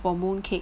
for mooncake